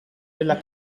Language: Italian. della